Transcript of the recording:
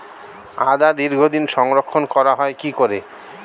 আদা দীর্ঘদিন সংরক্ষণ করা হয় কি করে?